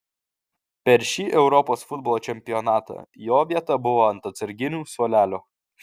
per šį europos futbolo čempionatą jo vieta buvo ant atsarginių suolelio